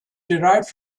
derived